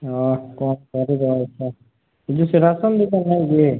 ହଁ କ'ଣ କରିବା ଦେଖିବା ସେ ଯେଉଁ ରାସନ ଦୋକାନ ନାହିଁ କି